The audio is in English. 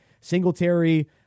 Singletary